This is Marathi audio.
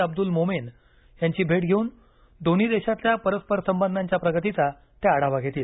अब्दुल मोमेन यांची भेट घेऊन दोन्ही देशातील परस्पर संबंधाच्या प्रगतीचा ते आढावा घेतील